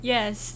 Yes